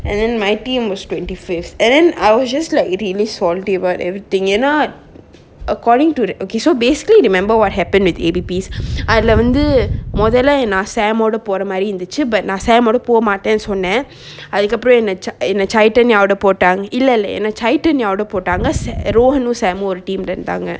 and then my team was twenty fifth and then I was just like really salty about everything ஏன்னா:eanna according to the okay so basically remember what happened with E_P_P I அதுல வந்து மொதல்ல நா:athula vanthu modalla sam ஓட போற மாறி இந்துச்சி:oda pora mari inthuchi but நா:na sam ஓட போமாட்டன்னு சொன்னன் அதுக்கப்புறம் என்ன:oda pomattannu sonnan athukkappuram enna cha~ என்ன:enna chaitanya வோட போட்டாங்~ இல்ல இல்ல என்ன:voda pottang~ illa illa enna chaitanya வோட போட்டாங்க:voda pottanga rohan um sam um ஒரு:oru team lah இருந்தாங்க:irunthanga